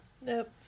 Nope